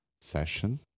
session